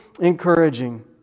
encouraging